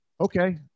okay